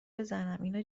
بزنماینا